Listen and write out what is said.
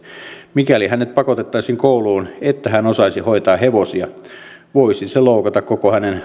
mikäli hänet pakotettaisiin kouluun että hän osaisi hoitaa hevosia voisi se loukata koko